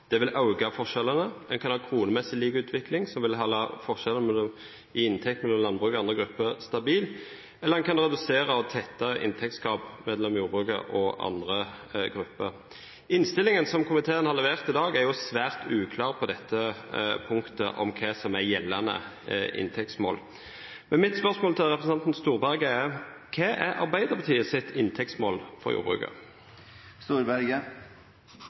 vil øke forskjellene, en kan ha kronemessig lik utvikling, som vil holde forskjellen i inntekt mellom landbruket og andre grupper stabil, eller en kan redusere og tette inntektsgap mellom jordbruket og andre grupper. Innstillingen som komiteen har levert i dag, er svært uklar på dette punktet – om hva som er gjeldende inntektsmål. Mitt spørsmål til representanten Storberget er: Hva er Arbeiderpartiets inntektsmål for jordbruket?